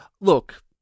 Look